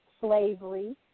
slavery